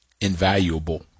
invaluable